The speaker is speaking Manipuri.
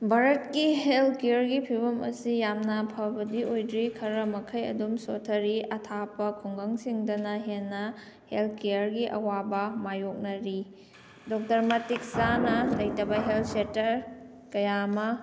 ꯚꯥꯔꯠꯀꯤ ꯍꯦꯜꯊ ꯀꯤꯌꯔꯒꯤ ꯐꯤꯕꯝ ꯑꯁꯤ ꯌꯥꯝꯅ ꯐꯕꯗꯤ ꯑꯣꯏꯗ꯭ꯔꯤ ꯈꯔ ꯃꯈꯩ ꯑꯗꯨꯝ ꯁꯣꯠꯊꯔꯤ ꯑꯊꯥꯞꯄ ꯈꯨꯡꯒꯪꯁꯤꯡꯗꯅ ꯍꯦꯟꯅ ꯍꯦꯜꯊ ꯀꯤꯌꯔꯒꯤ ꯑꯋꯥꯕ ꯃꯥꯏꯌꯣꯛꯅꯔꯤ ꯗꯣꯛꯇꯔ ꯃꯇꯤꯛ ꯆꯥꯅ ꯂꯩꯇꯕ ꯍꯦꯜꯊ ꯁꯦꯛꯇꯔ ꯀꯌꯥ ꯑꯃ